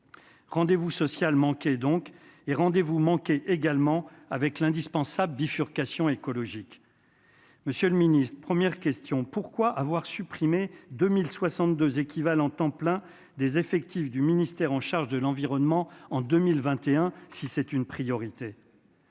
rendez--vous social manqué donc et rendez- vous manqué également avec l'indispensable bifurcation écologique. Monsieur le Ministre, première question : pourquoi avoir supprimé 2062 équivalents temps plein des effectifs du ministère en charge de l'environnement en 2021, si c'est une priorité.